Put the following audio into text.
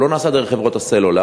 הוא לא נעשה דרך חברות הסלולר,